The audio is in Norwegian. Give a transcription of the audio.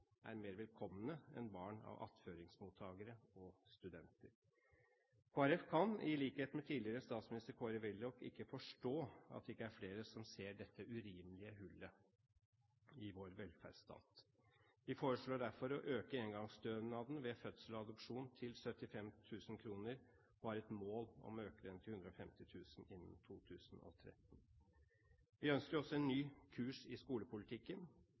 er mer velkomne enn barn av attføringsmottakere og studenter. Kristelig Folkeparti kan i likhet med tidligere statsminister Kåre Willoch ikke forstå at det ikke er flere som ser dette urimelige hullet i vår velferdsstat. Vi foreslår derfor å øke engangsstønaden ved fødsel og adopsjon til 75 000 kr og har et mål om å øke den til 150 000 kr innen 2013. Vi ønsker også en ny kurs i skolepolitikken.